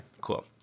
cool